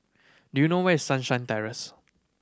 do you know where is Sunshine Terrace